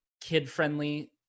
kid-friendly